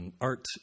art